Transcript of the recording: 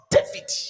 David